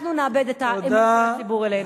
אנחנו נאבד את האמון של הציבור בנו.